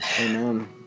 Amen